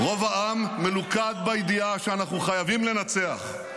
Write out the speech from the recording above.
רוב העם מלוכד בידיעה שאנחנו חייבים לנצח,